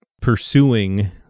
pursuing